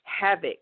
havoc